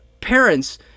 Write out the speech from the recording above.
parents